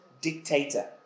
dictator